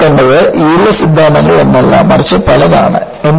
ഇപ്പോൾ നമ്മൾ കണ്ടത് യീൽഡ് സിദ്ധാന്തങ്ങൾ ഒന്നല്ല മറിച്ച് പലതാണ്